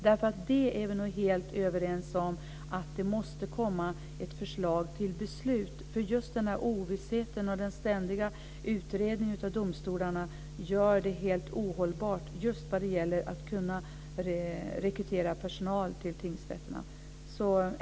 Vi är nog helt överens om att det måste komma ett förslag till beslut, för denna ovisshet och detta ständiga utredande av domstolarna gör det helt ohållbart att kunna rekrytera personal till tingsrätterna.